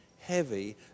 heavy